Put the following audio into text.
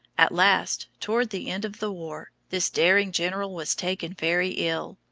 at last, toward the end of the war, this daring general was taken very ill.